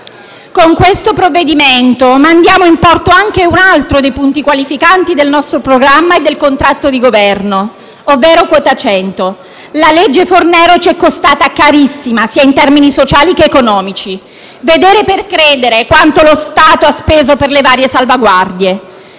Con questo provvedimento mandiamo in porto anche un altro dei punti qualificanti del nostro programma e del contratto di Governo, ovvero quota 100. La legge Fornero ci è costata carissima, sia in termini sociali che economici. Vedere per credere quanto lo Stato ha speso per le varie salvaguardie.